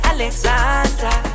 Alexandra